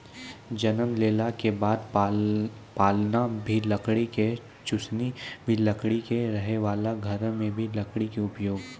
जन्म लेला के बाद पालना भी लकड़ी के, चुसनी भी लकड़ी के, रहै वाला घर मॅ भी लकड़ी के उपयोग